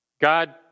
God